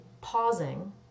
pausing